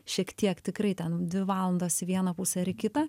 šiek tiek tikrai ten dvi valandos į vieną pusę ar į kitą